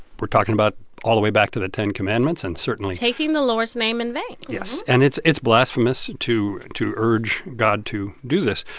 we're talking about all the way back to the ten commandments, and certainly. taking the lord's name in vain yes. and it's it's blasphemous to to urge god to do this.